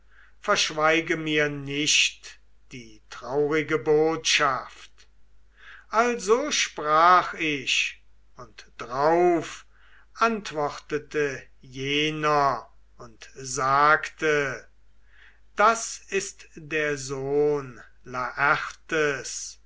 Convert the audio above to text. verschweige mir nicht die traurige botschaft also sprach ich und drauf antwortete jener und sagte das ist der sohn